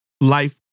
life